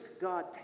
God